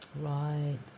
Right